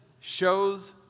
shows